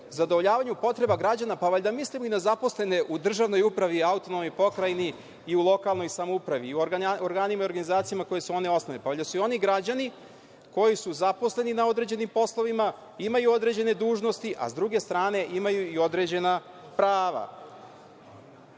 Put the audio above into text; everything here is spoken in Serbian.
zadovoljavanju potreba građana, pa, valjda mislimo i na zaposlene u državnoj upravi, i autonomnoj pokrajini, i u lokalnoj samoupravi i u organima i organizacijama koje su one osnovale. Valjda su i oni građani koji su zaposleni na određenim poslovima, imaju određene dužnosti a, s druge strane, imaju i određena prava. Na